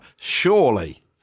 surely